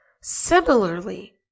Similarly